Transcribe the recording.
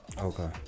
Okay